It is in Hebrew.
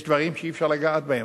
יש דברים שאי-אפשר לגעת בהם.